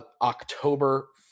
October